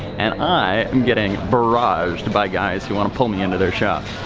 and i am getting barraged by guys who want to pull me into their shop.